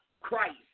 Christ